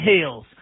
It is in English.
hills